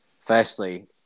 Firstly